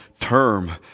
term